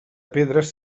pedres